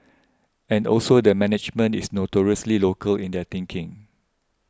and also the management is notoriously local in their thinking